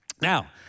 Now